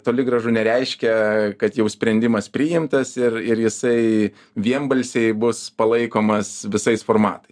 toli gražu nereiškia kad jau sprendimas priimtas ir ir jisai vienbalsiai bus palaikomas visais formatais